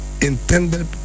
intended